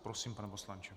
Prosím, pane poslanče.